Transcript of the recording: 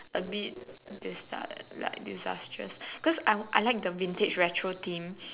a bit disas~ like disastrous cause I I like the vintage retro theme